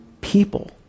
people